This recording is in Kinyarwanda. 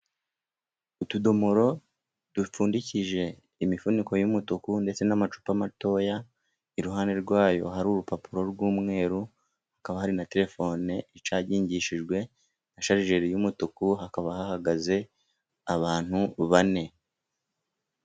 Utudomoro dupfundikije imifuniko y'umutuku ndetse n'amacupa matoya, iruhande rwayo hari urupapuro rw'umweru, hakaba hari na terefone icagingishijwe na sharirijeri y'umutuku, hakaba hahagaze abantu bane.